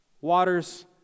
Waters